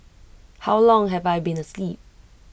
how long have I been asleep